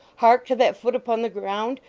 hark to that foot upon the ground.